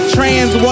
Trans